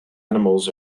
animals